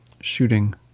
shooting